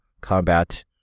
combat